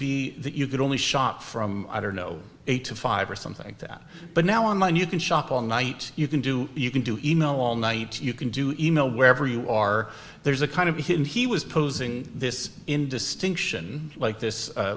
be that you could only shot from i don't know eight to five or something that but now online you can shop all night you can do you can do email all night you can do e mail wherever you are there's a kind of hidden he was posing this in distinction like this